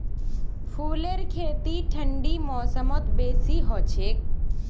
फूलेर खेती ठंडी मौसमत बेसी हछेक